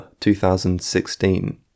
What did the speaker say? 2016